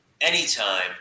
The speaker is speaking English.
anytime